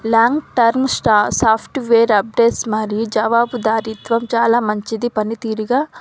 long term software updates మరియు జవాబు ధారిత్వం చాలా మంచిది పని తీరుగా